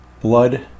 blood